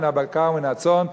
ומן הבקר ומן הצאן".